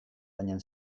baina